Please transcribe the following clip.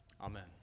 Amen